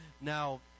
Now